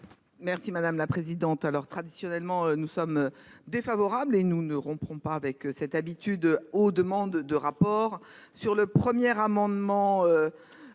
Merci madame la présidente à leur traditionnellement nous sommes. Défavorables et nous ne rompront pas avec cette habitude aux demandes de rapport sur le premier amendement.